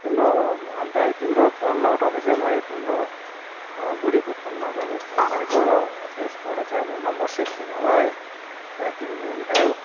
तिम्रो अन्त तिम्रो फोन नउठाउँदा चाहिँ मैले तिम्रो बुडीको फोनमा मैले फोन गरेको र त्यसबाट चाहिँ नम्बर सेभ थिएन होला है त्यहाँ तिमीले उठायौ